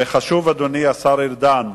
וחשוב, אדוני השר ארדן,